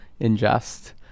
ingest